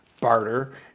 barter